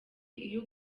iyo